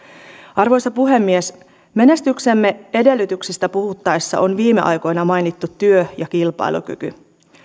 arvoisa puhemies menestyksemme edellytyksistä puhuttaessa on viime aikoina mainittu työ ja kilpailukyky